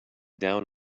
down